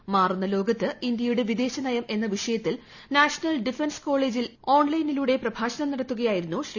മാറുന്ന ലോകത്ത് ഇന്ത്യയുടെ വിദേശ നയം എന്ന വിഷയത്തിൽ നാഷണൽ ഡിഫൻസ് കോളേജിൽ ഓൺലൈനിലൂടെ പ്രഭാഷണം നടത്തുകയ്ക്കുയിട്ടുയിരുന്നു ശ്രീ